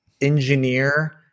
Engineer